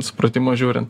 supratimu žiūrin